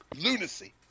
lunacy